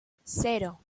cero